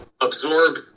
absorb